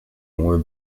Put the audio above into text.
more